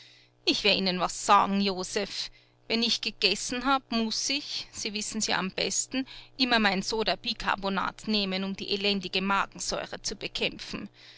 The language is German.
ich wer ihnen was sagen josef wenn ich gegessen hab muß ich sie wissen's ja am besten immer mein soda bikarbonat nehmen um die elendige magensäure zu bekämpfen